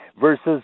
versus